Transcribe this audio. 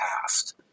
past